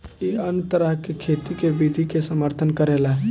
इ अन्य तरह के खेती के विधि के समर्थन करेला